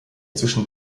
zwischen